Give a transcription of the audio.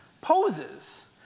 poses